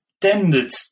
tended